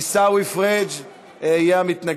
עיסאווי פריג' יהיה המתנגד.